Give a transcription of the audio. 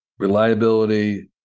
reliability